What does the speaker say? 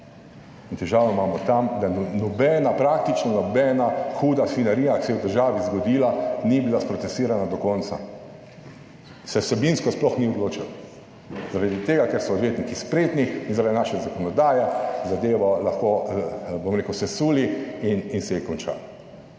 težavo imamo tam, da nobena, praktično nobena huda svinjarija, ki se je v državi zgodila ni bila sprocesirana do konca, se vsebinsko sploh ni odločilo, zaradi tega, ker so odvetniki spretni in zaradi naše zakonodaje zadevo lahko, bom rekel, sesuli in se je končala.